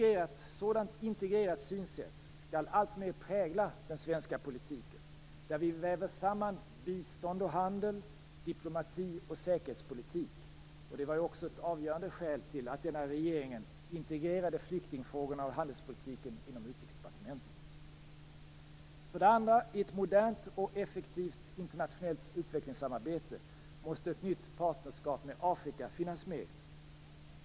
Ett sådant integrerat synsätt skall alltmer prägla den svenska politiken där vi väver samman bistånd och handel, diplomati och säkerhetspolitik. Det var ju också ett avgörande skäl till att regeringen integrerade flyktingfrågorna och handelspolitiken inom Utrikesdepartementet. För det andra. I ett modernt och effektivt internationellt utvecklingssamarbete måste ett nytt partnerskap med Afrika finnas med.